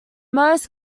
most